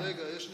רגע, רגע, יש לי